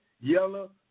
yellow